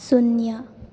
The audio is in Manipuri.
ꯁꯨꯟꯌꯥ